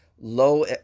low